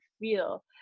feel